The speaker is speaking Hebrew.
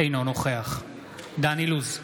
אינו נוכח דן אילוז,